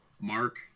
mark